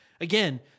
again